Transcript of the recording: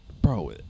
bro